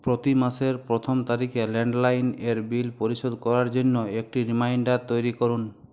প্রতি মাসের প্রথম তারিখে ল্যান্ডলাইনের বিল পরিশোধ করার জন্য একটি রিমাইন্ডার তৈরি করুন